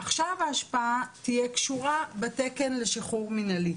עכשיו ההשפעה תהיה קשורה בתקן לשחרור מינהלי.